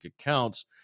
accounts